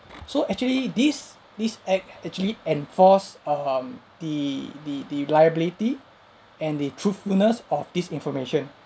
so actually this this act actually enforce um the the the liability and the truthfulness of this information